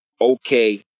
okay